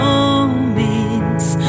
Moments